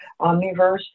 Omniverse